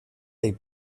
they